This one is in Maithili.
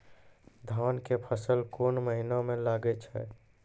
धान के फसल कोन महिना म लागे छै?